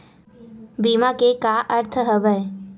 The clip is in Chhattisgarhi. बीमा के का अर्थ हवय?